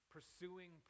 Pursuing